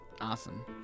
Awesome